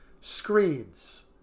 screens